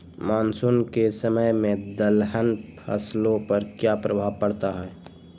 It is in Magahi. मानसून के समय में दलहन फसलो पर क्या प्रभाव पड़ता हैँ?